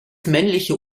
männliche